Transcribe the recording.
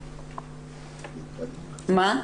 מה?